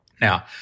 Now